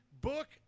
book